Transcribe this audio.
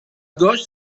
gauche